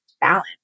balance